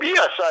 Yes